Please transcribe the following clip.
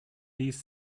these